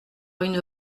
une